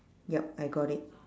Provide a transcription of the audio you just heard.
yup I got it